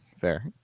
Fair